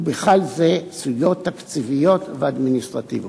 ובכלל זה סוגיות תקציביות ואדמיניסטרטיביות.